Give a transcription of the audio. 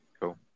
Cool